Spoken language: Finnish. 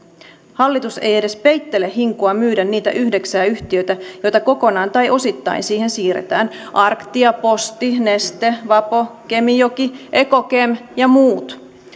hallitus ei edes peittele hinkua myydä niitä yhdeksää yhtiötä joita kokonaan tai osittain siihen siirretään arctia posti neste vapo kemijoki ekokem ja muut